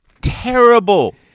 terrible